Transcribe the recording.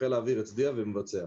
חיל האוויר יצדיע ומבצע.